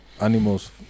animals